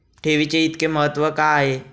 ठेवीचे इतके महत्व का आहे?